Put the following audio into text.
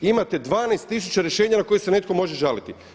Imate 12 tisuća rješenja na koje se netko može žaliti.